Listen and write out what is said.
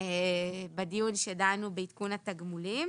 בדיון שדנו בעדכון התגמולים